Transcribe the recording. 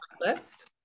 list